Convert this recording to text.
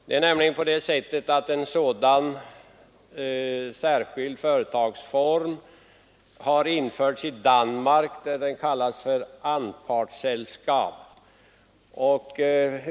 Det är nämligen på det sättet att en sådan särskild företagsform har införts i Danmark, där ifrågavarande bolag kallas anpartsselskab.